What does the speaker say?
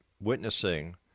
witnessing